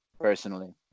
personally